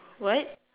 what